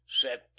set